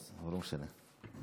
אבל לא משנה.